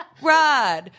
Rod